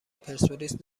پرسپولیس